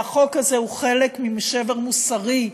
והחוק הזה הוא חלק משבר מוסרי,